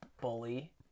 bully